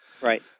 Right